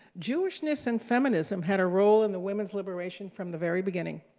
jewishness and feminism had a role in the women's liberation from the very beginning.